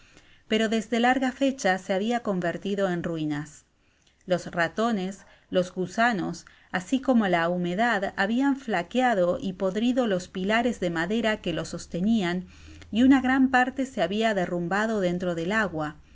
pero desde larga fecha se habia convertido en ruinas los ratonos los gusanos asi como la humedad habian flaqueado y podrido los pilares de madera que lo sostenian y una gran parte se habia derrumbado dentro del agua